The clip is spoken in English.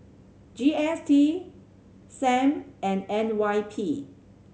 G S T Sam and N Y P